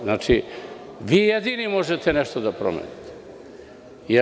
Znači, vi jedini možete nešto da promenite.